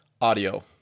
audio